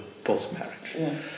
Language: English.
post-marriage